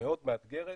מאוד מאתגרת.